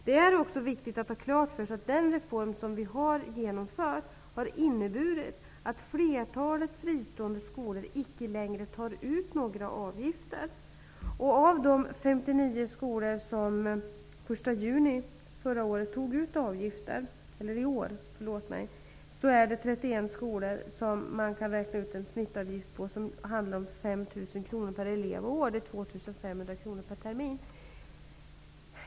Det är också viktigt att ha klart för sig att den reform vi har genomfört har inneburit att flertalet fristående skolor icke längre tar ut några avgifter. Av de 59 skolor som den 1 juni i år tog ut avgifter kan man för 31 skolor räkna ut en snittavgift på Jag tror inte att det är för mycket begärt.